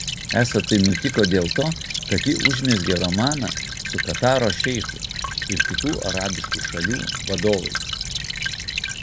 esą tai nutiko dėl to kad ji užmezgė romaną su kataro šeichu ir kitų arabiškų šalių vadovais